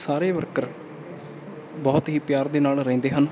ਸਾਰੇ ਵਰਕਰ ਬਹੁਤ ਹੀ ਪਿਆਰ ਦੇ ਨਾਲ ਰਹਿੰਦੇ ਹਨ